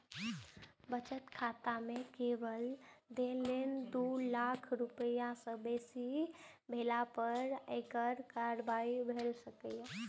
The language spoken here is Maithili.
बचत खाता मे एकल लेनदेन दू लाख रुपैया सं बेसी भेला पर आयकर कार्रवाई भए सकैए